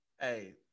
Hey